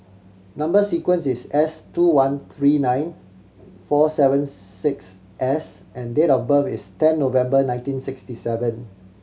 number sequence is S two one three nine four seven six S and date of birth is ten November nineteen sixty seven